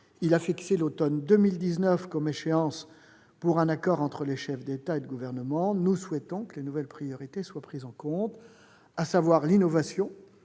Il a fixé l'automne 2019 comme échéance pour un accord entre les chefs d'État et de gouvernement. Nous souhaitons que les nouvelles priorités suivantes soient prises en compte : l'innovation,